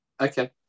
okay